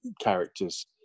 characters